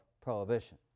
prohibition